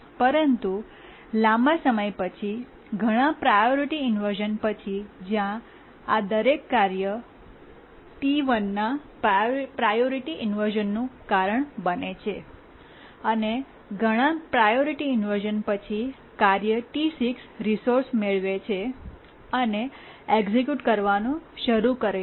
પરંતુ લાંબા સમય પછી ઘણા પ્રાયોરિટી ઇન્વર્શ઼ન પછી જ્યાં આ દરેક કાર્ય કાર્ય T1ના પ્રાયોરિટી ઇન્વર્શ઼નનું કારણ બને છે અને ઘણા પ્રાયોરિટી ઇન્વર્શ઼ન પછી કાર્ય T6 રિસોર્સ મેળવે છે અને એક્ઝેક્યુટ કરવાનું શરૂ કરે છે